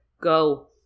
Go